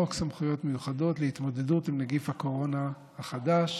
חוק סמכויות מיוחדות להתמודדות עם נגיף הקורונה החדש